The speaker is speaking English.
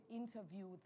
interview